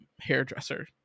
hairdresser